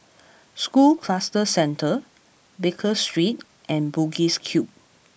School Cluster Centre Baker Street and Bugis Cube